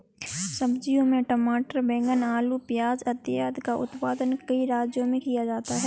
सब्जियों में टमाटर, बैंगन, आलू, प्याज इत्यादि का उत्पादन कई राज्यों में किया जाता है